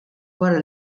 wara